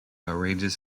arranges